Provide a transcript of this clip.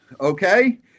Okay